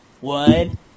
One